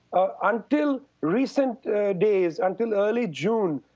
until recent days, until early june,